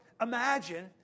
imagine